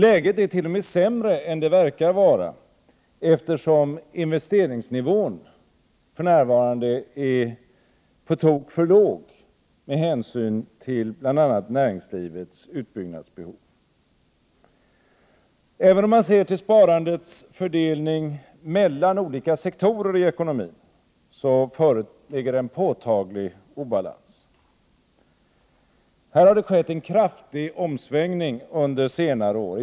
Läget är t.o.m. sämre än det verkar vara, eftersom investeringsnivån för närvarande är på tok för låg med hänsyn till bl.a. näringslivets utbyggnadsbehov. Även om man ser till sparandets fördelning mellan olika sektorer i ekonomin föreligger en påtaglig obalans. Här har det skett en kraftig omsvängning under senare år.